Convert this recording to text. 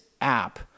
app